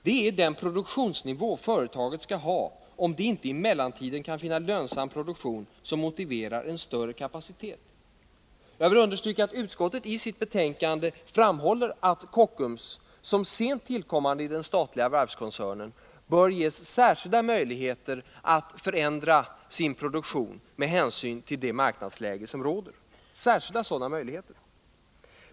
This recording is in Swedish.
Det är den produktionsnivå som företaget skall ha om det inte i mellantiden kan finna lönsam produktion som motiverar en större kapacitet. Jag vill understryka att utskottet i sitt betänkande framhåller att Kockums som sent tillkommande i den statliga varvskoncernen bör ges särskilda möjligheter att förändra sin produktion med hänsyn till det marknadsläge som råder.